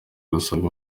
gusaba